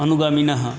अनुगामिनः